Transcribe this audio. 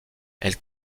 elle